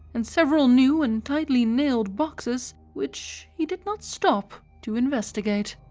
and several new and tightly nailed boxes which he did not stop to investigate.